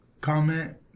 comment